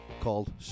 called